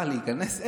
באה להיכנס,